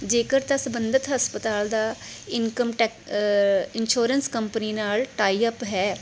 ਜੇਕਰ ਤਾਂ ਸੰਬੰਧਿਤ ਹਸਪਤਾਲ ਦਾ ਇਨਕਮ ਟੈਕ ਇੰਸ਼ੋਰੈਂਸ ਕੰਪਨੀ ਨਾਲ ਟਾਈ ਅਪ ਹੈ